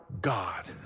God